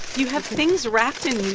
you have things wrapped in